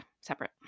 separate